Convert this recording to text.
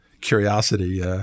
curiosity